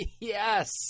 Yes